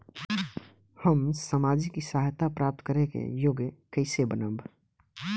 हम सामाजिक सहायता प्राप्त करे के योग्य कइसे बनब?